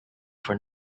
for